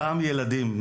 אותם ילדים,